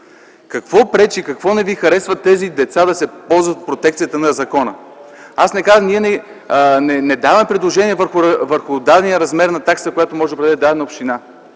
Какво пречи, какво не ви харесва тези деца да се ползват с протекцията на закона? Ние не даваме предложения върху размера на таксата, която може да определи дадена община.